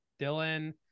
dylan